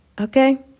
okay